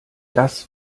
das